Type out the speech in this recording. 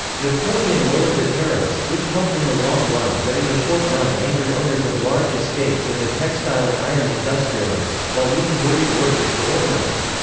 napoleon lowered the tariffs, which helped in the long run but in the short run angered owners of large estates and the textile and iron industrialists, while leading worried workers to organize.